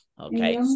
Okay